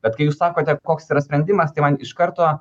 bet kai jūs sakote koks yra sprendimas tai man iš karto